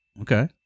Okay